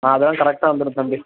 ஆ அதெல்லாம் கரெக்டாக வந்துடும்